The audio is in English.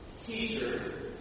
Teacher